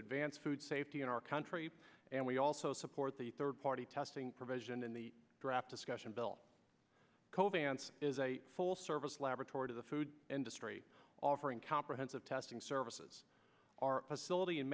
advance food safety in our country and we also support the third party testing provision in the draft discussion bill cove ants is a full service laboratory to the food industry offering comprehensive testing services are possibility in